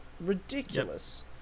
Ridiculous